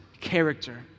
character